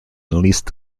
leased